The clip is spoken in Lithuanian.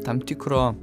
tam tikro